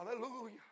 Hallelujah